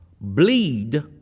bleed